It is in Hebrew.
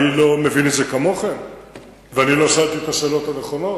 אני לא מבין את זה כמוכם ואני לא שאלתי את השאלות הנכונות?